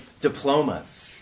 diplomas